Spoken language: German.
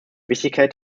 wichtigkeit